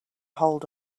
hold